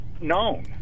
known